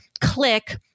click